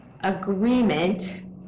agreement